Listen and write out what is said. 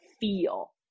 feel